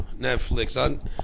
Netflix